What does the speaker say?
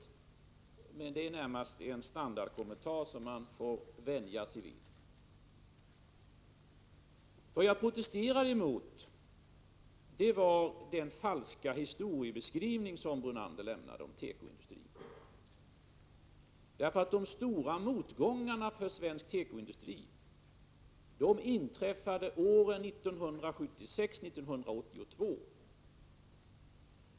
Men detta sistnämnda är närmast en standardkommentar som man får vänja sig vid. Vad jag protesterar mot är den falska historieskrivning som Brunander gav om tekoindustrin, för de stora motgångarna för svensk tekoindustri inträffade under åren 1976-1982.